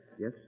Yes